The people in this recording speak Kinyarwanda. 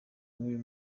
n’uyu